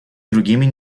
другими